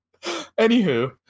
Anywho